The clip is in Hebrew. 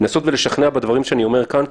הייתי מנסה לשכנע אותם בדברים שאני אומר כאן,